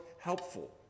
helpful